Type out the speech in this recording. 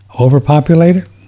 Overpopulated